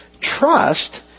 Trust